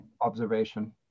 observation